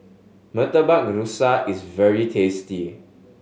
Murtabak Rusa is very tasty